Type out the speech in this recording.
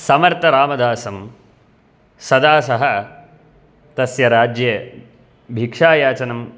समर्थरामदासं सदा सः तस्य राज्ये भिक्षायाचनं